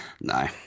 no